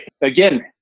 again